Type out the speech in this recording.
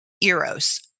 eros